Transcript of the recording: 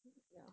ya